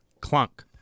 clunk